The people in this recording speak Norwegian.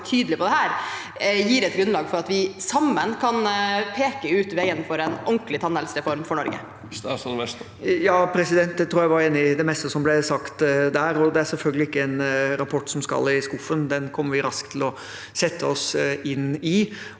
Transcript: er tydelige på dette, gir et grunnlag for at vi sammen kan peke ut veien for en ordentlig tannhelsereform for Norge. Statsråd Jan Christian Vestre Jeg tror jeg er enig i det meste som ble sagt der. Det er selvfølgelig ikke en rapport som skal i skuffen, den kommer vi raskt til å sette oss inn i.